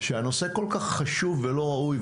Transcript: שהנושא כל כך חשוב וראוי,